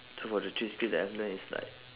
so for the three skill that I've learnt is like